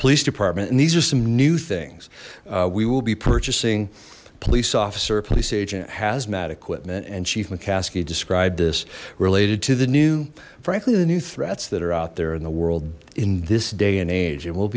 police department and these are some new things we will be purchasing police officer police agent hazmat equipment and chief mccaskey described this related to the new frankly the new threats that are out there in the world in this day and age it will